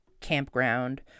campground